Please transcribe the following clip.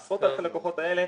לעשות רק את הלקוחות האלה,